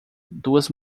duas